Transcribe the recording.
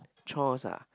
chores ah